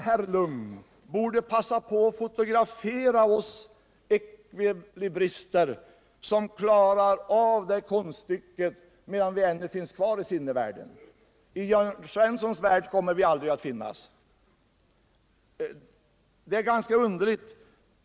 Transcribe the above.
Herr Lugn borde passa på att fotografera oss ekvilibrister, som klarar av det konststycket, medan vi ännu finns kvar i sinnevärlden. I Jörn Svenssons värld kommer vi aldrig att finnas.